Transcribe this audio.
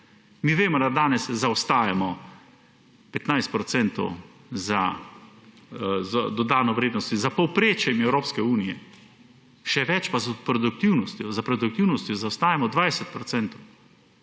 Mi vemo, da danes zaostajamo 15 % z dodano vrednostjo za povprečjem Evropske unije, še več pa s produktivnostjo. S produktivnostjo zaostajamo 20 %.